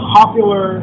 popular